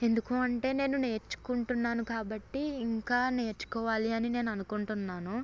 ఎందుకూ అంటే నేను నేర్చుకుంటున్నాను కాబట్టి ఇంకా నేర్చుకోవాలి అని నేను అనుకుంటున్నాను